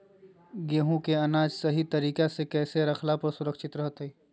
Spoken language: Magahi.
गेहूं के अनाज सही तरीका से कैसे रखला पर सुरक्षित रहतय?